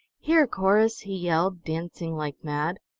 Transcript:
here, corrus! he yelled, dancing like mad.